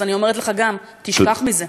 אז אני אומרת לך גם: תשכח מזה.